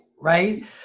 right